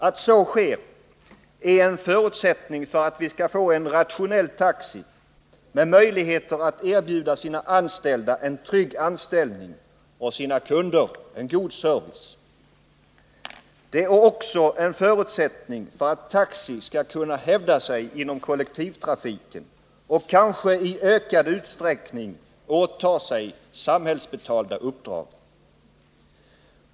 Att alla taxitrafiksutövare ansluts till sådana centraler är en förutsättning för att vi skall få en rationell taxiverksamhet med möjligheter att erbjuda de anställda en trygg anställning och kunderna en god service. Det är också en förutsättning för att taxi skall kunna hävda sig inom kollektivtrafiken och kanske i ökad utsträckning åta sig samhällsbetalda uppdrag.